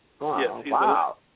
Wow